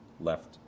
left